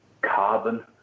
carbon